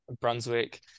Brunswick